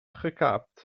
gekaapt